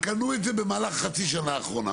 את זה במהלך חצי השנה האחרונה.